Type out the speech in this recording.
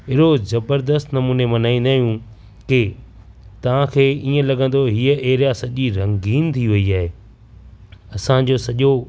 अहिड़ो ज़बरदस्त नमूने मल्हाईंदा आहियूं की तव्हांखे ईअं लगंदो हीअ एरिया सॼी रंगीन थी वई आहे असांजो सॼो